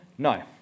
No